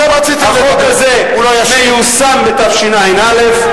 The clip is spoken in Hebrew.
אתם רציתם, החוק הזה מיושם בתשע"א.